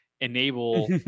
enable